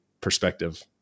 perspective